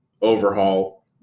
overhaul